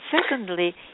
secondly